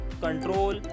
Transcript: control